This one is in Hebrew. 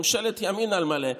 ממשלת ימין על מלא,